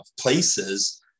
places